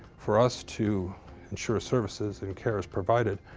for us to ensure services and care is provided,